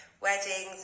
weddings